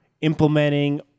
implementing